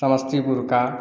समस्तीपुर का